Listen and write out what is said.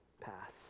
pass